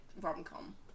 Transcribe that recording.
rom-com